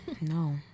No